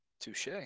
Touche